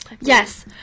Yes